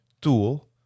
tool